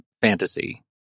fantasy